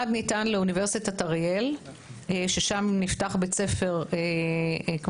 אחד ניתן לאוניברסיטת אריאל ששם נפתח בית ספר לרפואה.